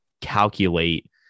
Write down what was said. calculate